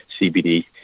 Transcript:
CBD